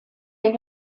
der